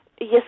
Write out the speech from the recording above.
Yes